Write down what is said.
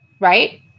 right